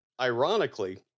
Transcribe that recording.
ironically